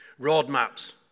roadmaps